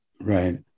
Right